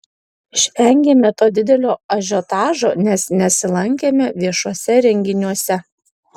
išvengėme to didelio ažiotažo nes nesilankėme viešuose renginiuose